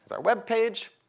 our web page.